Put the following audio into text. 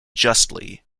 justly